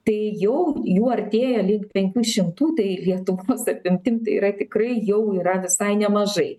tai jau jų artėja link penkių šimtų tai lietuvos apimtim tai yra tikrai jau yra visai nemažai